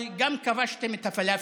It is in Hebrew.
אבל גם כבשתם את הפלאפל,